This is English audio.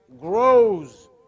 grows